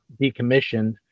decommissioned